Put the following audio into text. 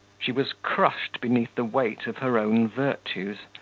she was crushed beneath the weight of her own virtues,